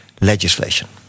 legislation